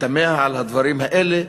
תמה על הדברים האלה.